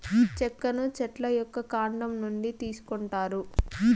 చెక్కను చెట్ల యొక్క కాండం నుంచి తీసుకొంటారు